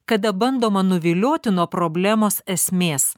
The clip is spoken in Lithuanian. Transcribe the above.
kada bandoma nuvilioti nuo problemos esmės